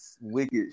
wicked